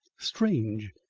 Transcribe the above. strange,